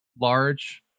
large